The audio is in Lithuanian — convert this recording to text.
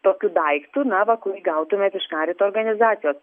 tokiu daiktu na va kurį gautumėt iš karito organizacijos